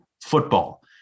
football